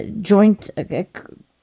joint